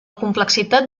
complexitat